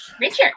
richard